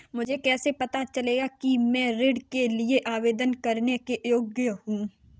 मुझे कैसे पता चलेगा कि मैं ऋण के लिए आवेदन करने के योग्य हूँ?